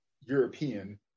European